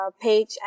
page